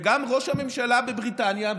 וגם ראש הממשלה בבריטניה,